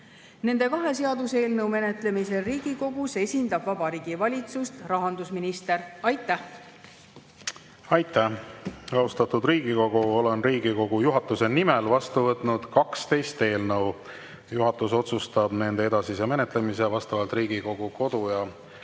Nende kahe seaduseelnõu menetlemisel Riigikogus esindab Vabariigi Valitsust rahandusminister. Aitäh! Aitäh! Austatud Riigikogu, olen Riigikogu juhatuse nimel vastu võtnud 12 eelnõu. Juhatus otsustab nende edasise menetlemise vastavalt Riigikogu kodu- ja töökorra